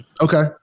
Okay